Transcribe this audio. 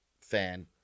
fan